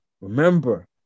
remember